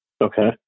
Okay